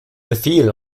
befehl